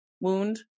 wound